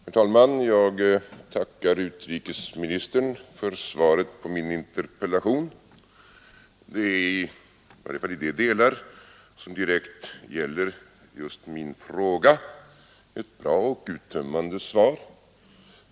Herr talman! Jag tackar utrikesministern för svaret på min interpellation. Det är — i varje fall i de delar som direkt gäller just min fråga — ett bra och uttömmande svar.